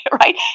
right